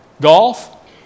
Golf